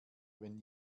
wenn